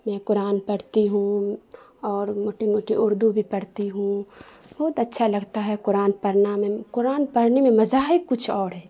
میں قرآن پڑھتی ہوں اور موٹی موٹی اردو بھی پڑھتی ہوں بہت اچھا لگتا ہے قرآن پڑھنا قرآن پڑھنے میں مزہ ہی کچھ اور ہے